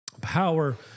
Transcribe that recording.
power